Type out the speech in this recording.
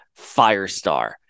Firestar